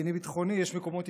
יש מקומות ישיבה קבועים,